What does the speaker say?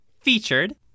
Featured